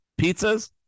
pizzas